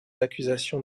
accusations